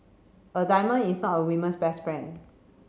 a diamond is not a women's best friend